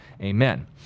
Amen